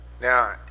Now